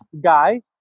guy